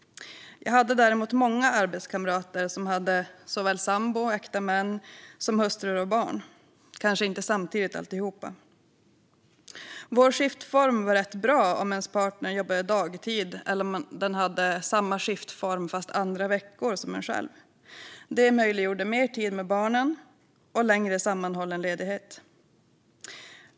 Jag hade däremot många arbetskamrater som hade sambor, äkta män, hustrur och barn - kanske inte alltihop samtidigt. Vår skiftform var rätt bra om ens partner jobbade dagtid eller hade samma skiftform men andra veckor. Det möjliggjorde mer tid med barnen och längre sammanhållen ledighet.